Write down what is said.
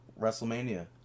WrestleMania